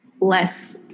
less